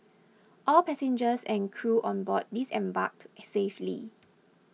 all passengers and crew on board disembarked safely